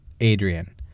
Adrian